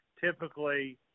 Typically